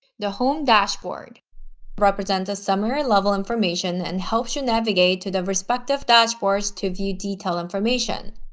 the home dashboard represents a summary level information and helps you navigate to the respective dashboards to view detailed information.